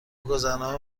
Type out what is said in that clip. گذرنامه